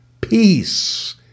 Peace